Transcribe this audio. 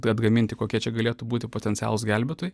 atgaminti kokie čia galėtų būti potencialūs gelbėtojai